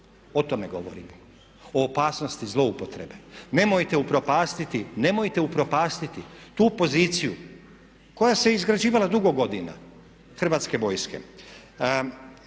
O tome govorimo, o opasnosti zlouporabe. Nemojte upropastiti tu poziciju koja se izgrađivala dugo godina Hrvatske vojske.